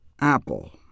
apple